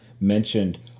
mentioned